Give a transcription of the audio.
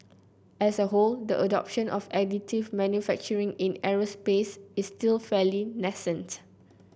as a whole the adoption of additive manufacturing in aerospace is still fairly nascent